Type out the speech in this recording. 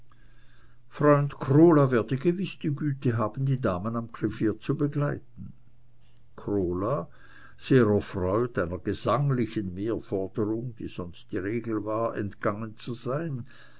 werde gewiß die güte haben die damen am klavier zu begleiten krola sehr erfreut einer gesanglichen mehrforderung die sonst die regel war entgangen zu sein